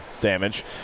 damage